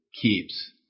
keeps